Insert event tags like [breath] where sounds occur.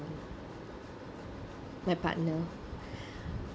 my partner [breath]